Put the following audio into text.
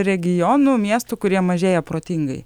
regionų miestų kurie mažėja protingai